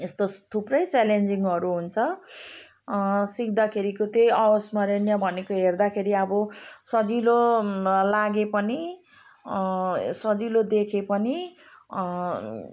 यस्तो थुप्रै च्यालेन्जिङहरू हुन्छ सिक्दाखेरिको त्यही अविस्मरणीय भनेको हेर्दाखेरि अब सजिलो लागे पनि सजिलो देखे पनि